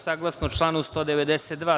Saglasno članu 92.